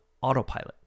autopilot